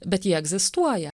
bet jie egzistuoja